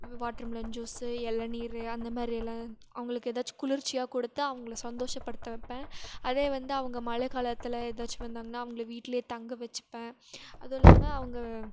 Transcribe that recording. watermelon juice இளநீரு அந்த மாதிரியெல்லாம் அவங்களுக்கு எதாச்சும் குளிர்ச்சியாக கொடுத்து அவங்களை சந்தோஷப்படுத்த வைப்பேன் அதே வந்து அவங்க மழைக்காலத்தில் எதாச்சும் வந்தாங்கனா அவங்களை வீட்டில் தங்க வச்சிப்பேன் அதுவும் இல்லாமல் அவங்க